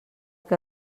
que